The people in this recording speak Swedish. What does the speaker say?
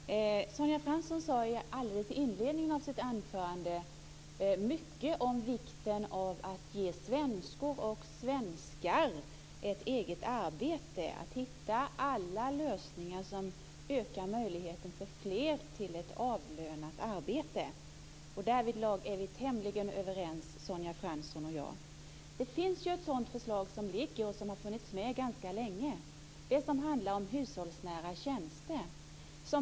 Fru talman! Sonja Fransson talade alldeles i inledningen av sitt anförande mycket om vikten av att ge svenskor och svenskar ett eget arbete och av att hitta alla lösningar som ökar möjligheten för fler att få ett avlönat arbete. Därvidlag är vi tämligen överens, Sonja Fransson och jag. Det finns ju ett sådant förslag som har lagts fram och som har funnits med ganska länge. Det handlar om hushållsnära tjänster.